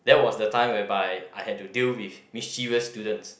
that was the time whereby I had to deal with mischievous students